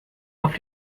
auf